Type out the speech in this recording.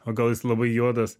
o gal jis labai juodas